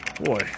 Boy